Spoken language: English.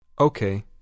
Okay